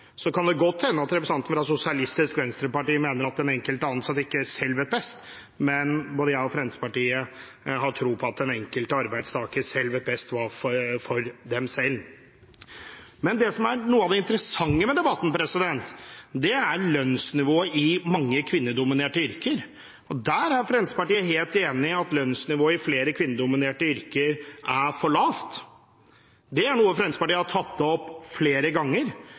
Så kan det godt hende at representanten fra Sosialistisk Venstreparti mener at den enkelte ansatte ikke selv vet best, men både jeg og Fremskrittspartiet har tro på at den enkelte arbeidstaker selv vet best hva som er best for dem selv. Men noe av det interessante ved debatten er lønnsnivået i mange kvinnedominerte yrker, og der er Fremskrittspartiet helt enig i at lønnsnivået i flere kvinnedominerte yrker er for lavt. Det er noe Fremskrittspartiet har tatt opp flere ganger.